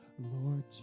lord